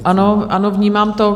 Ano, ano, vnímám to.